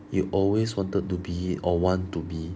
you always wanted to be or want to be